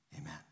Amen